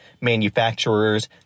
manufacturers